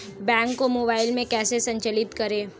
Bank को mobile में कैसे संचालित करें?